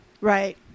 Right